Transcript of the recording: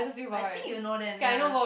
I think you know them ya